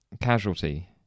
casualty